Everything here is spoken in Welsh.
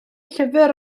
llyfr